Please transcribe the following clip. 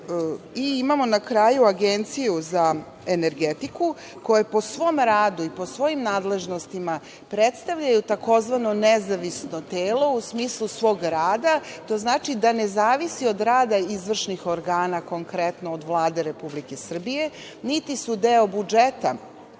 i imamo na kraju Agenciju za energetiku koja po svom radu i po svojim nadležnostima predstavljaju tzv. nezavisno telo, u smislu svog rada. To znači da ne zavisi od rada izvršni organa, konkretno od Vlade Republike Srbije niti su deo budžeta